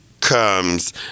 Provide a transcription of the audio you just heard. comes